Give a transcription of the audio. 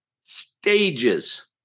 stages